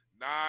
nine